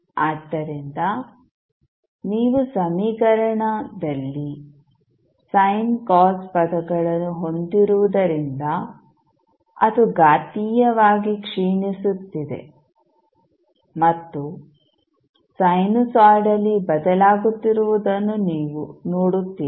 ಆದ್ದರಿಂದ ನೀವು ಸಮೀಕರಣದಲ್ಲಿ ಸೈನ್ ಕಾಸ್ ಪದಗಳನ್ನು ಹೊಂದಿರುವುದರಿಂದ ಅದು ಘಾತೀಯವಾಗಿ ಕ್ಷೀಣಿಸುತ್ತಿದೆ ಮತ್ತು ಸೈನುಸೈಡಲಿ ಬದಲಾಗುತ್ತಿರುವುದನ್ನು ನೀವು ನೋಡುತ್ತೀರಿ